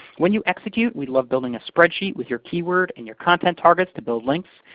when you execute, we love building a spreadsheet with your keyword and your content targets to build links,